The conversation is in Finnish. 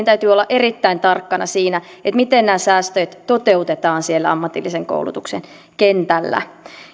täytyy olla erittäin tarkkana siinä miten nämä säästöt toteutetaan siellä ammatillisen koulutuksen kentällä